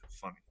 funny